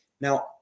now